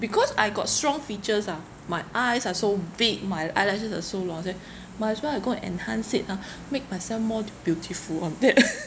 because I got strong features ah my eyes are so big my eyelashes are so long I say might as well I go and enhance it ah make myself more beautiful on that